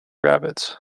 rabbits